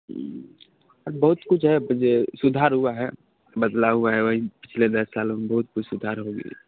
बहुत किछु है जे सुधार हुआ है बदला हुआ है वही पिछले दस सालो मे बहुत कुछ सुधार हो गइ